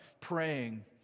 praying